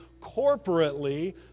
corporately